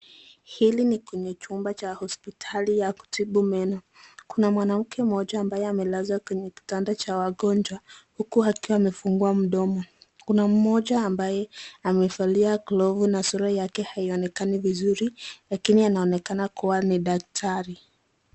Hili ni kwenye nyumba cha hospitali ya kutibu meno, kuna mwanamke mmoja ambaye amelazwa kwenye kitanda cha wagonjwa huku akiwa amefungua mdomo. Kuna mmoja ambaye amevalia glovu na sura yake haionekani vizuri lakini anaonekana kuwa ni daktari.